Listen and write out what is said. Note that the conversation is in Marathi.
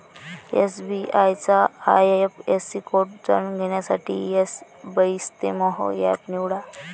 एस.बी.आय चा आय.एफ.एस.सी कोड जाणून घेण्यासाठी एसबइस्तेमहो एप निवडा